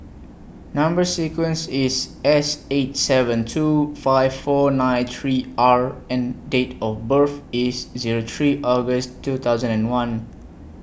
Number sequence IS S eight seven two five four nine three R and Date of birth IS Zero three August two thousand and one